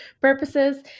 purposes